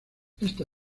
esta